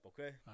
okay